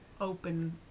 open